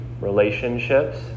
relationships